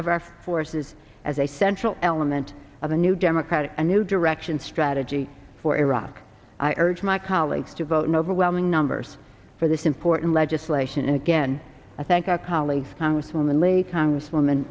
of our forces as a central element of a new democratic a new direction strategy for iraq i urge my colleagues to vote in overwhelming numbers for this important legislation and again i thank our colleagues congresswoman lee congresswoman